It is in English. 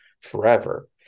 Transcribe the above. forever